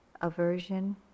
aversion